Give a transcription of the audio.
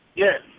Yes